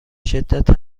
شدت